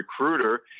recruiter